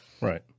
right